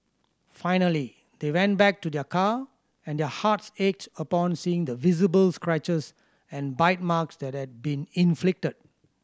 finally they went back to their car and their hearts ached upon seeing the visible scratches and bite marks that had been inflicted